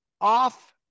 off